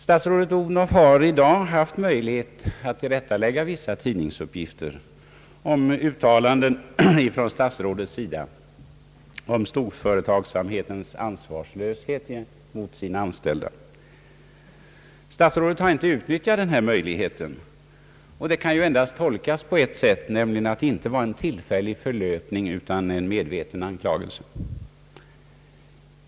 Statsrådet Odhnoff har i dag haft möjligheten att tillrättalägga vissa tidningsuppgifter om <:uttalanden från statsrådets sida beträffande storföretagsamhetens ansvarslöshet gentemot sina anställda. Statsrådet har inte utnyttjat den möjligheten, och det kan ju endast tolkas på ett sätt, nämligen så, att det inte var fråga om en tillfällig förlöpning utan om en medveten anklagelse.